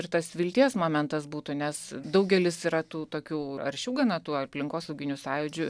ir tas vilties momentas būtų nes daugelis yra tų tokių aršių gana tų aplinkosauginių sąjūdžių